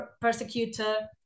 persecutor